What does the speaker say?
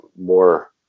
more